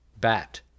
bat